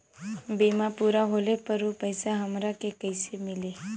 बीमा पूरा होले पर उ पैसा हमरा के कईसे मिली?